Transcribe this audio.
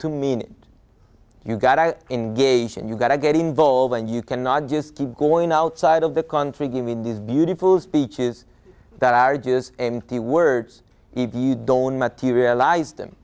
to mean you've got i engage and you've got to get involved and you cannot just keep going outside of the country given these beautiful speeches that are just empty words you don't materialize